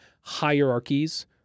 hierarchies